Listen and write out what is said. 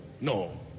no